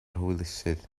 hwylusydd